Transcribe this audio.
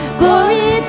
glory